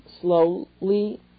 slowly